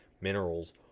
minerals